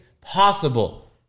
possible